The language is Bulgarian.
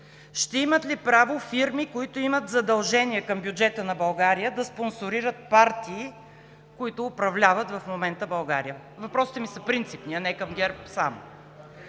ще имат ли право фирми, които имат задължения към бюджета на България, да спонсорират партии, които управляват в момента България? Въпросите ми са принципни, а не само